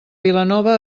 vilanova